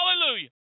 Hallelujah